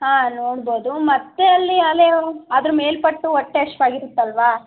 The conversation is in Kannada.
ಹಾಂ ನೋಡ್ಬೋದು ಮತ್ತು ಅಲ್ಲಿ ಅಲೇ ಅದ್ರ ಮೇಲ್ಪಟ್ಟು ಹೊಟ್ಟೆ ಹಸ್ವಾಗಿರತ್ತಲ್ವಾ